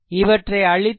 இவற்றை அழித்துவிடுகிறேன்